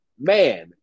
man